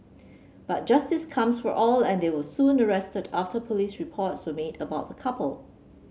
but justice comes for all and they were soon arrested after police reports were made about couple